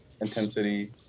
intensity